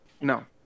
No